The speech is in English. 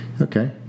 okay